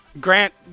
Grant